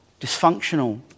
dysfunctional